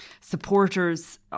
supporters